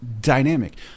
dynamic